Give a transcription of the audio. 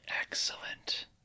Excellent